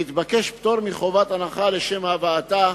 והתבקש פטור מחובת הנחה לשם הבאתה